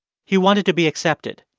he wanted to be accepted.